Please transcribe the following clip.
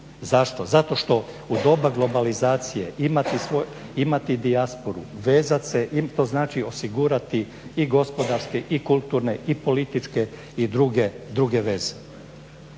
Zašto? Zato što u doba globalizacije imati dijasporu, vezati se, to znači osigurati i gospodarske i kulturne i političke i druge veze.